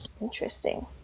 Interesting